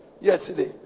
yesterday